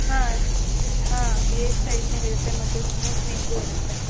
ಹಾಂ ಹಾಂ hair straightening ಇರುತ್ತೆ ಮತ್ತೆ ಸ್ಮೂತ್ನಿಂಗು ಇರುತ್ತೆ